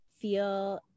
feel